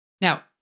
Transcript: Now